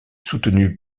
soutenu